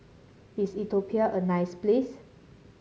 is Ethiopia a nice place